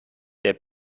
der